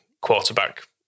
quarterback